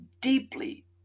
deeply